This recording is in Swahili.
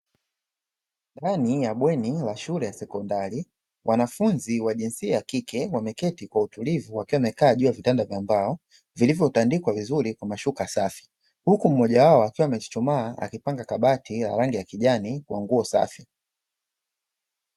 Ndani ya bweni la shule ya sekondari wanafunzi wa jinsia ya kike wameketi kwa utulivu wakiwa wamekaa juu ya vitanda vya mbao vilivyotandikwa vizuri kwa mashuka safi, huku mmoja wao akiwa amechuchuma akipanga kabati la rangi ya kijani kwa nguo safi.